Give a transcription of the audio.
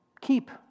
Keep